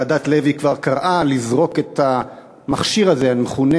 ועדת לוי כבר קראה לזרוק את המכשיר הזה המכונה